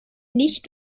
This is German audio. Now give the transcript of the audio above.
nicht